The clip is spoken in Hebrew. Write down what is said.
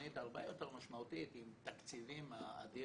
תוכנית הרבה יותר משמעותית עם תקציבים אדירים.